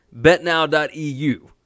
betnow.eu